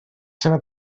seva